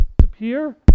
disappear